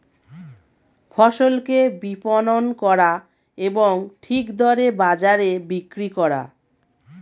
ফসলকে বিপণন করা এবং ঠিক দরে বাজারে বিক্রি করা